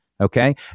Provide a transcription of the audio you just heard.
Okay